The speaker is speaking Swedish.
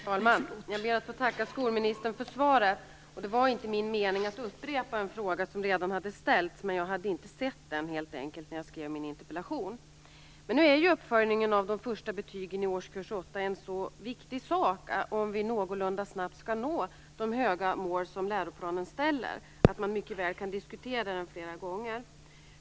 Fru talman! Jag ber att få tacka skolministern för svaret. Det var inte min mening att upprepa en fråga som redan hade ställts. Jag hade helt enkelt inte sett den när jag skrev min interpellation. Nu är uppföljningen av de första betygen i årskurs åtta en så viktig sak, om vi någorlunda snabbt skall nå de höga mål som läroplanen ställer, att man mycket väl kan diskutera den flera gånger.